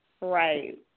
right